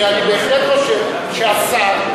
ואני בהחלט חושב שהשר,